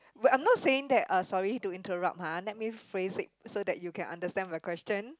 wait I'm not saying that uh sorry to interrupt ha let me phrase it so that you can understand the question